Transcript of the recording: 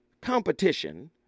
competition